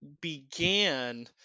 began